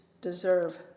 deserve